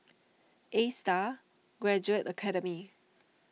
Astar Graduate Academy